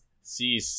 see